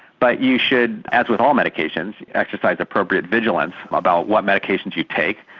but you should, as with all medications, exercise appropriate vigilance about what medications you take.